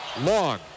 Long